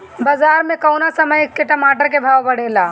बाजार मे कौना समय मे टमाटर के भाव बढ़ेले?